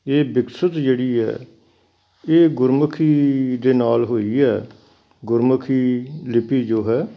ਇਹ ਵਿਕਸਿਤ ਜਿਹੜੀ ਹੈ ਇਹ ਗੁਰਮੁਖੀ ਦੇ ਨਾਲ ਹੋਈ ਹੈ ਗੁਰਮੁਖੀ ਲਿਪੀ ਜੋ ਹੈ